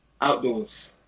Outdoors